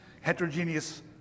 heterogeneous